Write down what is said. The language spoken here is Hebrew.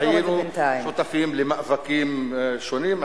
והיינו שותפים למאבקים שונים,